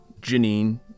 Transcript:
Janine